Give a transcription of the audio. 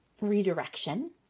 redirection